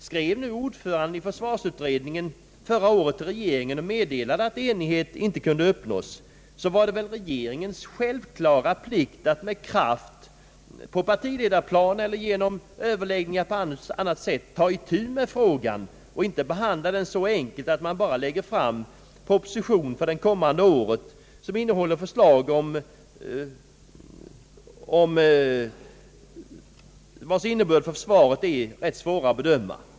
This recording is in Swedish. Skrev nu ordföranden i försvarsutredningen förra året till regeringen och meddelade, att enighet inte kunde uppnås, så var det väl regeringens självklara plikt att med kraft på partiledarplanet eller genom överläggningar på annat sätt ta uti med frågan och inte behandla den så enkelt att man bara lägger fram en proposition för det kommande året vilken innehåller förslag om vilkas reella innebörd för försvaret vi vet mycket litet.